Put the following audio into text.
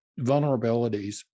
vulnerabilities